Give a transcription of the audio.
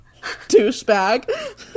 Douchebag